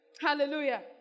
Hallelujah